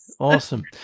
Awesome